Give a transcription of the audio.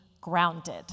grounded